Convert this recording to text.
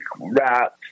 rap